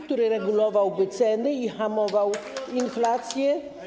który regulowałby ceny i hamował inflację.